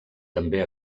també